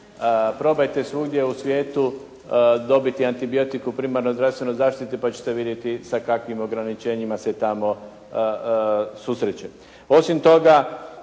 Probajte svugdje u svijetu dobiti antibiotik u primarnoj zdravstvenoj zaštiti pa ćete vidjeti sa kakvim ograničenjima se tamo susreće. Osim toga,